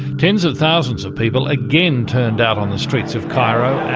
tens of thousands of people again turned out on the streets of cairo,